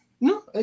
No